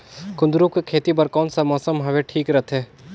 कुंदूरु के खेती बर कौन सा मौसम हवे ठीक रथे?